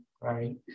right